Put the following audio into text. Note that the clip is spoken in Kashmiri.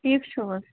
ٹھیٖک چھُو حظ